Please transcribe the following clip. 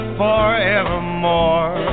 forevermore